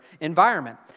environment